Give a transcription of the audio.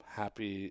happy